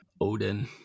Odin